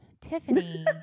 Tiffany